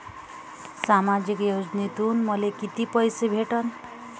सामाजिक योजनेतून मले कितीक पैसे भेटन?